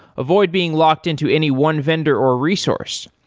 avoid being locked into any one vendor or resource.